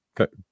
okay